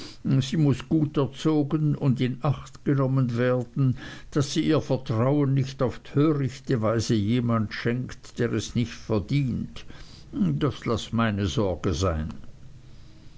sie muß gut erzogen und in acht genommen werden daß sie ihr vertrauen nicht auf törichte weise jemand schenkt der es nicht verdient das laß meine sorge sein